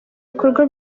ibikorwa